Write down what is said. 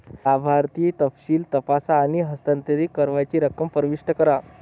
लाभार्थी तपशील तपासा आणि हस्तांतरित करावयाची रक्कम प्रविष्ट करा